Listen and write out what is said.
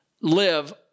live